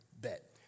Bet